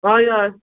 अय अय